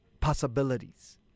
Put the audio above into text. possibilities